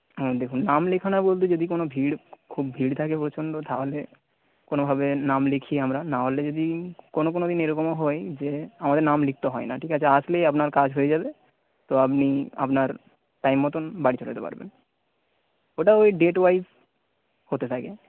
হ্যাঁ দেখুন নাম লেখানো বলতে যদি কোনো ভিড় খুব ভিড় থাকে প্রচণ্ড তাহলে কোনোভাবে নাম লিখি আমরা নাহলে যদি কোনো কোনো দিন এরকমও হয় যে আমাদের নাম লিখতে হয় না ঠিক আছে আসলেই আপনার কাজ হয়ে যাবে তো আপনি আপনার টাইম মতন বাড়ি চলে যেতে পারবেন ওটা ওই ডেট ওয়াইজ হতে থাকে